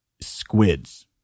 squids